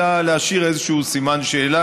אלא להשאיר גם איזשהו סימן שאלה,